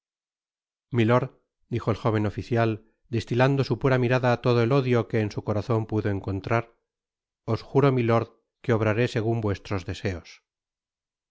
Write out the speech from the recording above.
milord dijo el jóven oficial destilando su pura mirada todo el ódio que en su corazon pudo encontrar os juro milord que obraré segun vuestros deseos